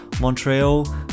Montreal